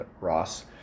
ross